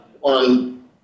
on